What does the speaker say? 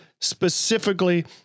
specifically